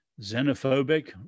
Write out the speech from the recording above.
xenophobic